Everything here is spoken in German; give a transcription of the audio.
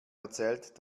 erzählt